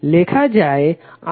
লেখা যায় i2i15